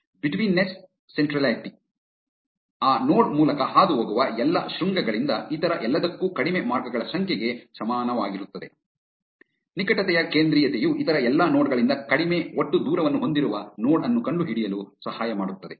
betweenness centrality ಯು ಆ node ಮೂಲಕ ಹಾದುಹೋಗುವ ಎಲ್ಲಾ ಶೃಂಗಗಳಿಂದ ಇತರ ಎಲ್ಲದಕ್ಕೂ ಕಡಿಮೆ ಮಾರ್ಗಗಳ ಸಂಖ್ಯೆಗೆ ಸಮಾನವಾಗಿರುತ್ತದೆ ನಿಕಟತೆಯ ಕೇಂದ್ರೀಯತೆಯು ಇತರ ಎಲ್ಲಾ ನೋಡ್ ಗಳಿಂದ ಕಡಿಮೆ ಒಟ್ಟು ದೂರವನ್ನು ಹೊಂದಿರುವ ನೋಡ್ ಅನ್ನು ಕಂಡುಹಿಡಿಯಲು ಸಹಾಯ ಮಾಡುತ್ತದೆ